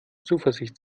zuversicht